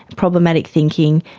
problematic thinking,